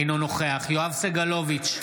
אינו נוכח יואב סגלוביץ'